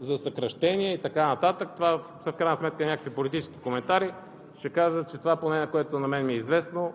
за съкращения и така нататък, това в крайна сметка са някакви политически коментари, ще кажа, че онова, поне което на мен ми е известно